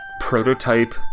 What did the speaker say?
prototype